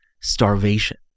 starvation